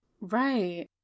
Right